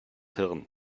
hirn